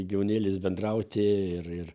gyvūnėliais bendrauti ir ir